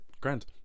Grant